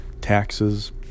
taxes